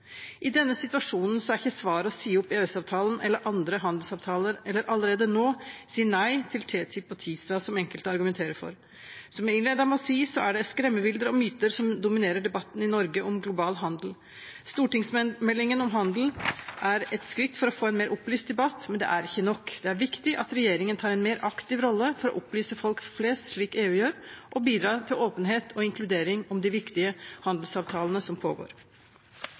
I denne situasjonen er ikke svaret å si opp EØS-avtalen eller andre handelsavtaler – eller allerede nå si nei til TTIP og TISA, som enkelte argumenterer for. Som jeg innledet med å si, er det skremmebilder og myter som dominerer debatten i Norge om global handel. Stortingsmeldingen om handel er et skritt for å få en mer opplyst debatt, men det er ikke nok. Det er viktig at regjeringen tar en mer aktiv rolle for å opplyse folk flest, slik EU gjør, og bidrar til åpenhet og inkludering om de viktige handelsavtalene som pågår.